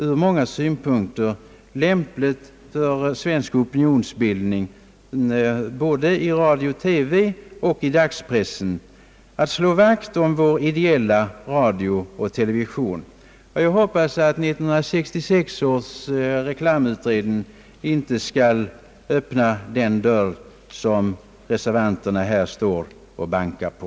Ur många synpunkter är det lämpligt för svensk opinionsbildning både i radio-TV och i dagspressen att slå vakt om vår ideella radio och television. Jag hoppas att 1966 års reklamutredning inte skall öppna den dörr reservanterna här står och bankar på.